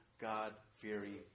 God-fearing